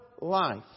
life